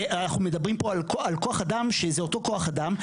ואנחנו מדברים פה על כוח אדם שזה אותו כוח אדם,